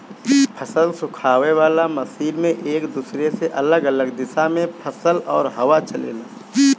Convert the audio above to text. फसल सुखावे वाला मशीन में एक दूसरे से अलग अलग दिशा में फसल और हवा चलेला